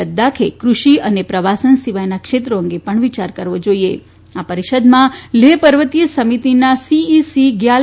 લદાખે દૃષિ અને પ્રવાસન સિવાયના ક્ષેત્રો અંગે પણ વિયાર કરવો જાઈએઆ પરિષદમાં લેહ પર્વતીય સમિતિના સીઈસી ગ્યાલ